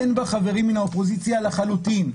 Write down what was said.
אין בה חברים מן האופוזיציה לחלוטין,